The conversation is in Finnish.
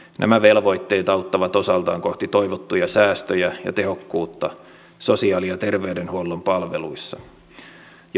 nämä velvoitteet auttavat osaltaan kohti toivottuja säästöjä ja tehokkuutta sosiaali ja terveydenhuollon palveluissa